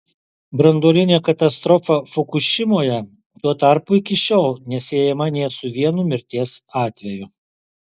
branduolinė katastrofa fukušimoje tuo tarpu iki šiol nesiejama nė su vienu mirties atveju